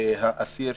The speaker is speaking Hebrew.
שאסיר,